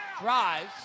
drives